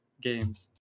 games